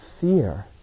fear